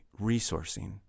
resourcing